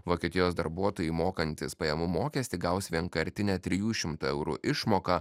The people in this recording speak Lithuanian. vokietijos darbuotojai mokantys pajamų mokestį gaus vienkartinę trijų šimtų eurų išmoką